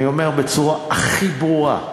אני אומר בצורה הכי ברורה,